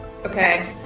okay